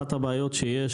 אחת הבעיות שיש,